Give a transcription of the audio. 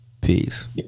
Peace